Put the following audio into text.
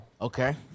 Okay